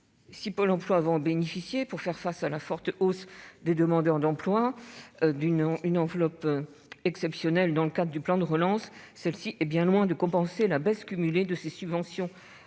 Si Pôle emploi bénéficie, pour faire face à la forte hausse du nombre de demandeurs d'emploi, d'une enveloppe exceptionnelle dans le cadre du plan de relance, celle-ci est bien loin de compenser la baisse cumulée de ses subventions